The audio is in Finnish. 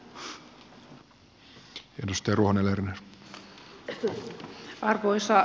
arvoisa puhemies